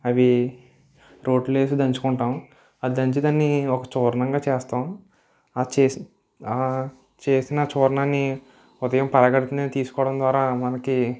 అవి రోటిలో వేసి దంచుకుంటాం అది దంచి దాన్ని ఒక చూర్ణంగా చేస్తాం ఆ చేసిన ఆ చేసిన చూర్ణాన్ని ఉదయం పరగడుపున తీసుకోవడం ద్వారా మనకి